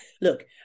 Look